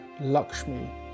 Lakshmi